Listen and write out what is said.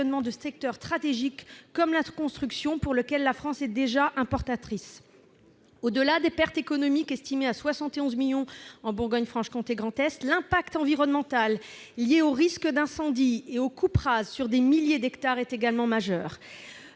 de secteurs stratégiques ; je pense à la construction, secteur pour lequel la France importe déjà. Au-delà des pertes économiques, estimées à 71 millions d'euros en Bourgogne-Franche-Comté et dans le Grand Est, l'impact environnemental lié aux risques d'incendie ou aux coupes rases sur des milliers d'hectares est également majeur.